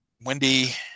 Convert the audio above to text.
Wendy